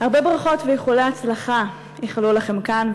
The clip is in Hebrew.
הרבה ברכות ואיחולי הצלחה איחלו לכם כאן,